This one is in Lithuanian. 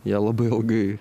ją labai ilgai